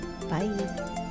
bye